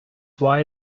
why